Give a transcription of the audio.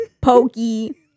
Pokey